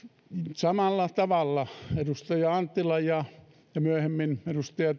samalla tavalla edustaja anttilan ja myöhemmin edustaja